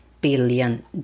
billion